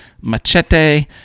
Machete